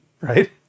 right